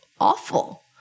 awful